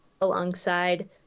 alongside